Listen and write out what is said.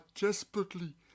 desperately